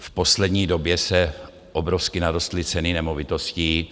V poslední době obrovsky narostly ceny nemovitostí.